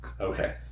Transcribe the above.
Okay